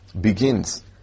begins